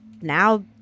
now